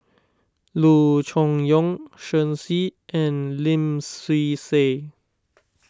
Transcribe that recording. Loo Choon Yong Shen Xi and Lim Swee Say